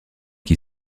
qui